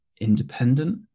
independent